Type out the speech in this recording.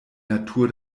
natur